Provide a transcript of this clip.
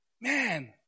Man